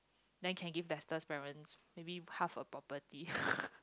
then can give Dester's parents maybe half a property